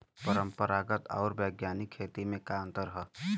परंपरागत आऊर वैज्ञानिक खेती में का अंतर ह?